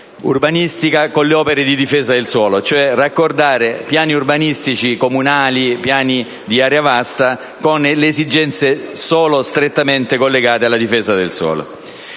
urbanistica con le opere di difesa del suolo, raccordando piani urbanistici comunali e piani di area vasta con le esigenze solo strettamente collegate alla difesa del suolo.